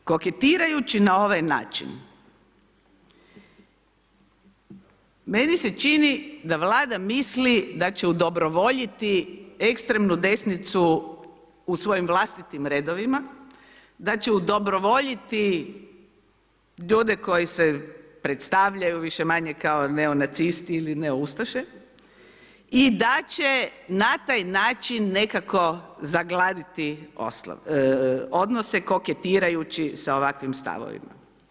Međutim, koketirajući na ovaj način, meni se čini da Vlada misli da će udobrovoljiti ekstremnu desnicu u svojim vlastitim redovima, da će udobrovoljiti ljude koji se predstavljaju, više-manje kao neonacisti ili neoustaše i da će na taj način nekako zagladiti odnose koketirajući s ovakvim stavovima.